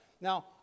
Now